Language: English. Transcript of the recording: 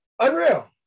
Unreal